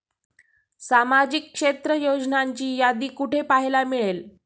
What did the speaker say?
सामाजिक क्षेत्र योजनांची यादी कुठे पाहायला मिळेल?